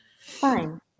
fine